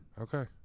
Okay